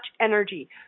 energy